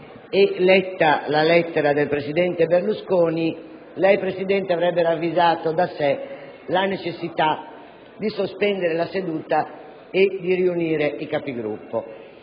e letta la lettera del presidente Berlusconi, lei, Presidente, avrebbe ravvisato da sé la necessità di sospendere la seduta e di riunire i Capigruppo.